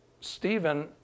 Stephen